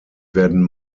werden